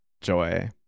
Joy